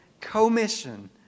commission